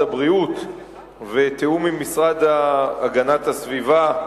הבריאות ותיאום עם המשרד להגנת הסביבה,